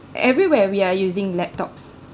everywhere we are using laptops